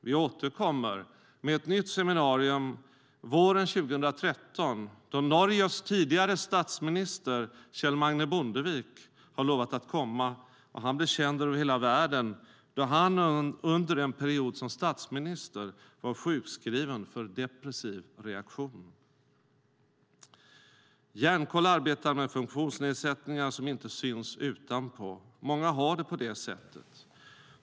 Vi återkommer med ett nytt seminarium våren 2013 då Norges tidigare statsminister Kjell Magne Bondevik har lovat att komma. Han blev känd över hela världen då han under en period som statsminister var sjukskriven för depressiv reaktion. Hjärnkoll arbetar med funktionsnedsättningar som inte syns utanpå. Många har det på det sättet.